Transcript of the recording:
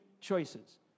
choices